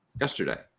yesterday